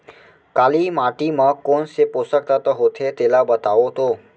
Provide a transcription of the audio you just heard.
काली माटी म कोन से पोसक तत्व होथे तेला बताओ तो?